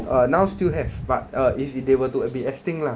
err now still have but err if it they were to be extinct lah